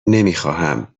نمیخواهم